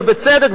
ובצדק,